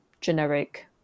generic